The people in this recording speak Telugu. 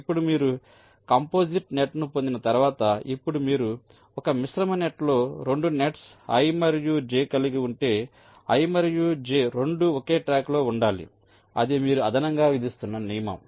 ఇప్పుడు మీరు కాంపోజిట్ నెట్ను పొందిన తర్వాత ఇప్పుడు మీరు ఒక మిశ్రమ నెట్లో 2 నెట్స్ i మరియు j కలిగి ఉంటే i మరియు j రెండూ ఒకే ట్రాక్లో ఉండాలి అది మీరు అదనంగా విధిస్తున్న నియమం